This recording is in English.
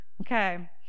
okay